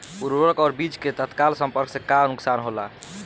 उर्वरक और बीज के तत्काल संपर्क से का नुकसान होला?